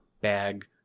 bag